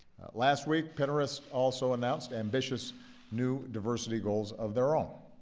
last week, pinterest also announced ambitious new diversity goals of their own.